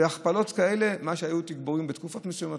בהכפלות כאלה היו תגבורים בתקופות מסוימות,